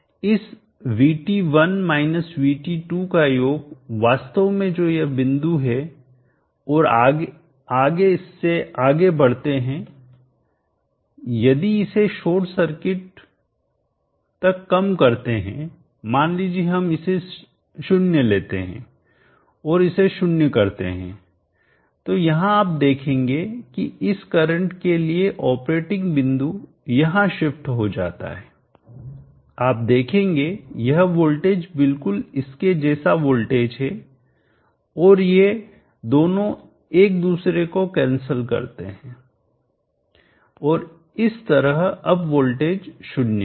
इस VT1 VT2 का योग वास्तव में जो यह बिंदु है और आगे इससे आगे बढ़ते हैं यदि इसे शॉर्ट सर्किट तक कम करते हैं मान लीजिए हम इसे 0 लेते हैं और इसे 0 करते हैं तो यहां आप देखेंगे कि इस करंट के लिए ऑपरेटिंग बिंदु यहां शिफ्ट हो जाता है आप देखेंगे यह वोल्टेज बिल्कुल इसके जैसा वोल्टेज है और ये दोनों एक दूसरे को कैंसिल करते हैं और इस तरह अब वोल्टेज 0 है